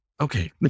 Okay